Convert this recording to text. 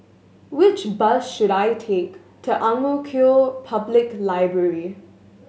which bus should I take to Ang Mo Kio Public Library